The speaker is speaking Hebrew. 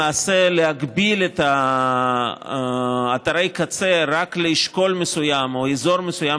להגביל את אתרי הקצה רק לאשכול מסוים או אזור מסוים,